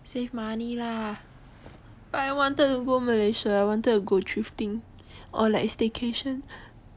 save money lah but I wanted to go Malaysia I wanted to go thrifting or like staycation